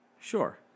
Sure